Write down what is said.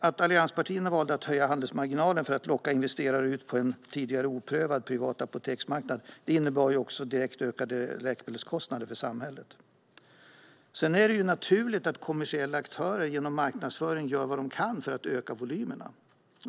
Att allianspartierna valde att höja handelsmarginalen för att locka ut investerare på en tidigare oprövad privat apoteksmarknad innebar också direkt ökade läkemedelskostnader för samhället. Det är naturligt att kommersiella aktörer genom marknadsföring gör vad de kan för att öka volymerna.